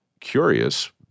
curious